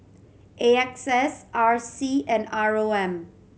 A X S R C and R O M